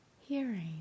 hearing